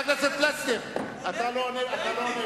חבר הכנסת פלסנר, אתה לא עונה לו.